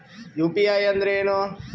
UPI ಅಂದ್ರೆ ಏನು?